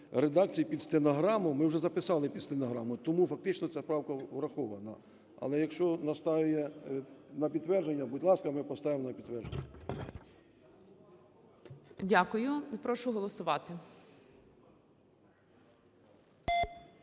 редакції під стенограму, ми вже записали під стенограму, тому фактично ця правка врахована. Але якщо настоює на підтвердження, будь ласка, ми поставимо на підтвердження. ГОЛОВУЮЧИЙ. Дякую. І прошу голосувати.